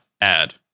Add